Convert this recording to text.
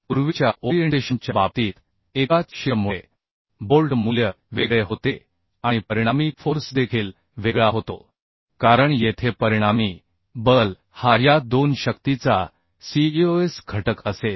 पूर्वीच्या ओरिएन्टेशन च्या बाबतीत एकाच शिअर मुळे बोल्ट मूल्य वेगळे होते आणि परिणामी फोर्स देखील वेगळा होतो कारण येथे परिणामी बल हा या दोन शक्तीचा cos घटक असेल